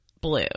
blue